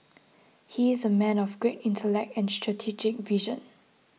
he is a man of great intellect and strategic vision